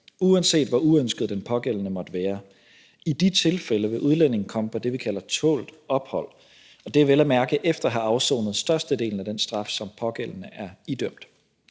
uanset hvor uønsket den pågældende måtte være. I de tilfælde vil udlændinge komme på det, vi kalder tålt ophold, og det er vel at mærke efter at have afsonet størstedelen af den straf, som pågældende er idømt.